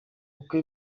uko